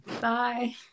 Bye